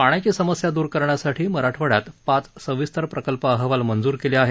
पाण्याची समस्या द्रर करण्यासाठी मराठवाइयात पाच सविस्तर प्रकल्प अहवाल मंजूर केले आहेत